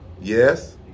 Yes